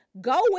Go